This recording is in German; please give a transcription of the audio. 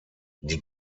die